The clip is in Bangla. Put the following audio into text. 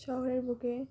শহরের বুকে